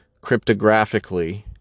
cryptographically